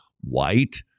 white